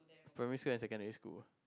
primary school and secondary school